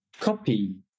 copy